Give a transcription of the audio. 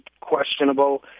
questionable